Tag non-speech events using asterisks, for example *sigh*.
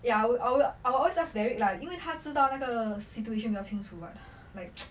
ya I'll I'll I'll always ask derek lah 因为他知道那个 situation 比较清楚: bi jiao qing chu [what] like *noise*